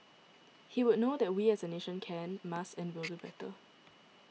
he would know that we as a nation can must and will do better